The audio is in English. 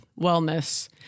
wellness